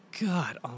God